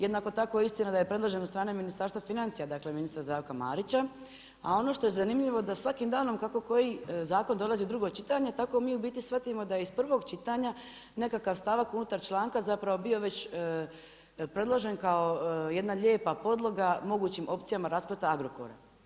Jednako tako je istina da je predložen od strane Ministarstva financija, dakle ministra Zdravka Marića a ono što je zanimljivo da svakim danom kako koji zakon dolazi u drugo čitanje, tako mi u biti shvatimo da iz prvog čitanja nekakav stavak unutar članka zapravo bio već predložen kao lijepa podloga mogućim opcijama raspleta Agrokora.